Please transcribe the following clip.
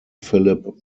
phillip